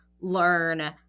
learn